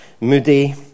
Moody